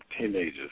teenagers